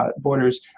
borders